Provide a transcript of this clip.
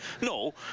No